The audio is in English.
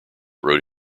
wrote